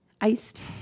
Iced